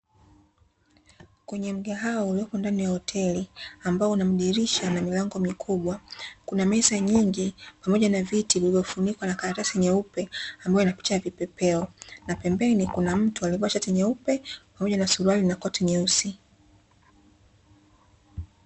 Kwenye mgahawa ulioko ndani ya hoteli, ambao una madirisha na milango mikuwa, kuna meza nyingi pamoja na viti vilivyofunikwa na karatasi nyeupe ambayo ina picha ya vipeepo, na kuna mtu aliyevaa shati nyeupe pamoja na suruali na koti jeusi.